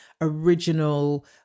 original